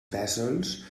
pésols